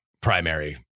primary